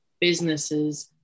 businesses